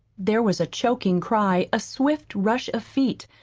there was a choking cry, a swift rush of feet,